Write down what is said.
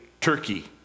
Turkey